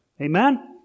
Amen